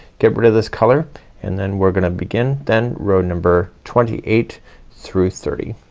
get rid of this color and then we're gonna begin then row number twenty eight through thirty.